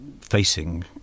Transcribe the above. facing